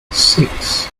six